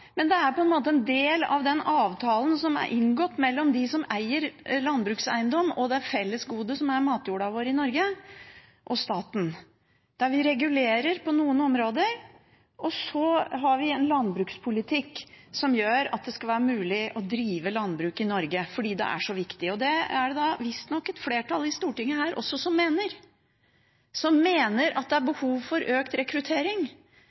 men det er en del av den avtalen som er inngått mellom dem som eier landbrukseiendom og det fellesgodet matjorden i Norge er, og staten, der vi regulerer på noen områder, og så har vi en landbrukspolitikk som gjør at det skal være mulig å drive landbruk i Norge, fordi det er så viktig. Det er det visstnok også et flertall her i Stortinget som mener, og som mener at det er behov for økt rekruttering,